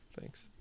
Thanks